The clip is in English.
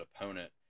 opponent